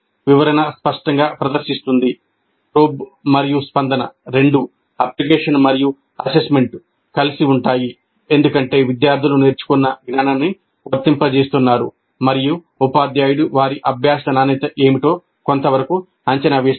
వివరణ స్పష్టంగా ప్రదర్శిస్తుంది ప్రోబ్ మరియు స్పందన రెండూ అప్లికేషన్ మరియు అసెస్మెంట్ రెండూ కలిసి ఉంటాయి ఎందుకంటే విద్యార్థులు నేర్చుకున్న జ్ఞానాన్ని వర్తింపజేస్తున్నారు మరియు ఉపాధ్యాయుడు వారి అభ్యాస నాణ్యత ఏమిటో కొంతవరకు అంచనా వేస్తారు